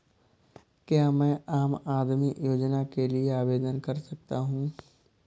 क्या मैं आम आदमी योजना के लिए आवेदन कर सकता हूँ?